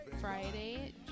Friday